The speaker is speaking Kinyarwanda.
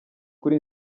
kuri